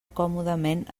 còmodament